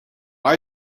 are